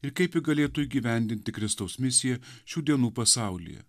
ir kaip ji galėtų įgyvendinti kristaus misiją šių dienų pasaulyje